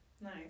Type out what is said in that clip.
Nice